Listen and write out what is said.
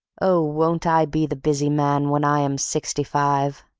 oh, won't i be the busy man when i am sixty-five.